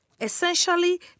Essentially